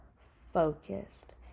focused